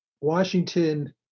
Washington